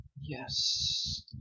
Yes